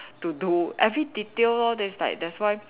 to do every detail lor that's like that's why